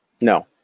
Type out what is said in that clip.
No